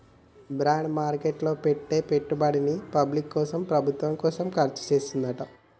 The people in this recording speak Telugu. బాండ్ మార్కెట్ లో పెట్టే పెట్టుబడుల్ని పబ్లిక్ కోసమే ప్రభుత్వం ఖర్చుచేత్తదంట